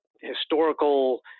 historical